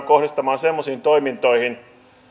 kohdistamaan semmoisiin toimintoihin